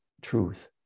truth